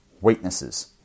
Weaknesses